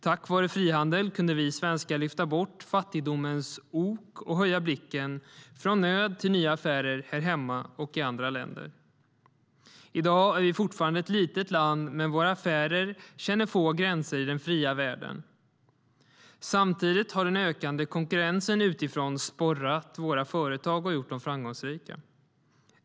Tack vare frihandeln kunde vi svenskar lyfta bort fattigdomens ok och höja blicken från nöd till nya affärer här hemma och i andra länder. I dag är vi fortfarande ett litet land, men våra affärer känner få gränser i den fria världen. Samtidigt har den ökade konkurrensen utifrån sporrat våra företag och gjort dem framgångsrika.